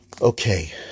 Okay